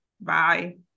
Bye